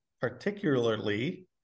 particularly